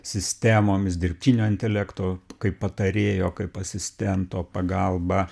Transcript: sistemomis dirbtinio intelekto kaip patarėjo kaip asistento pagalba